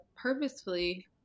purposefully